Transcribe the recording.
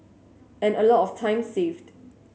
and a lot of time saved